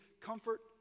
comfort